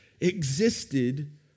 existed